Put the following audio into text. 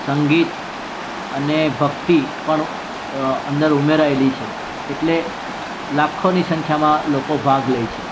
સંગીત અને ભક્તિ પણ અંદર ઉમેરાયેલી છે એટલે લાખોની સંખ્યામાં લોકો ભાગ લે છે